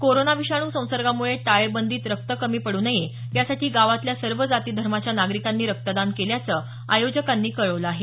corona विषाणू संसर्गामुळे टाळेबंदीत रक्त कमी पडू नये यासाठी गावातल्या सर्व जाती धर्माच्या नागरिकांनी रक्तदान केल्याचं आयोजकांनी कळवलं आहे